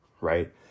right